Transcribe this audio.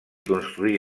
construí